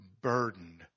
burdened